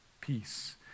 Peace